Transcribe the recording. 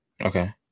Okay